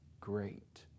great